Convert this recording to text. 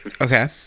Okay